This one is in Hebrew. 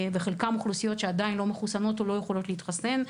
וחלקן הן אוכלוסיות שעדיין לא מחוסנות או לא יכולות להתחסן,